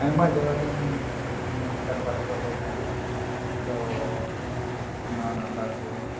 ᱟᱭᱢᱟ ᱡᱟᱭᱜᱟ ᱨᱮᱱ ᱠᱷᱮᱞ ᱯᱟᱹᱴᱤ ᱠᱚ ᱦᱮᱡᱞᱮᱱᱟ ᱛᱚ ᱠᱚ